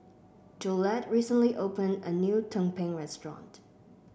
Jolette recently opened a new tumpeng restaurant